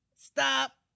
Stop